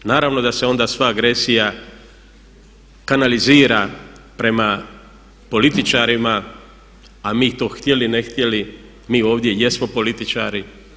Naravno da se onda sva agresija kanalizira prema političarima a mi to htjeli ne htjeli mi ovdje jesmo političari.